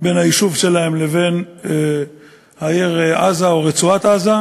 בין היישוב שלהם לבין העיר עזה או רצועת-עזה,